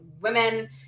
women